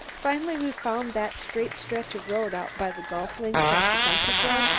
finally we found that straight stretch of road out by the golf links at the country-club,